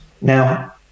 now